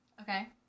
Okay